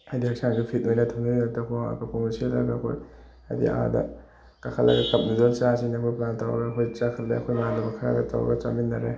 ꯍꯥꯏꯗꯤ ꯍꯛꯆꯥꯡꯁꯤ ꯐꯤꯠ ꯑꯣꯏꯅ ꯊꯝꯅꯕꯒꯤ ꯗꯃꯛꯇ ꯈꯣꯡꯒ꯭ꯔꯥꯎ ꯑꯀꯛꯄ ꯁꯦꯠꯂꯒ ꯑꯩꯈꯣꯏ ꯍꯥꯏꯗꯤ ꯑꯥꯗ ꯀꯥꯈꯠꯂꯒ ꯀꯞ ꯅꯨꯗꯜꯁ ꯆꯥꯁꯦꯅ ꯑꯩꯈꯣꯏ ꯄ꯭ꯂꯥꯟ ꯇꯧꯔꯒ ꯑꯩꯈꯣꯏ ꯆꯥꯈꯠꯂꯦ ꯑꯩꯈꯣꯏ ꯏꯃꯥꯟꯅꯕ ꯈꯔꯒ ꯇꯧꯔꯒ ꯆꯥꯃꯤꯟꯅꯔꯦ